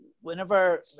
whenever